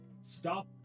stop